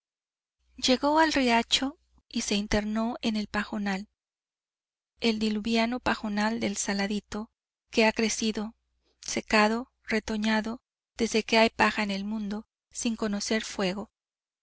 llegó al riacho y se internó en el pajonal el diluviano pajonal del saladito que ha crecido secado retoñado desde que hay paja en el mundo sin conocer fuego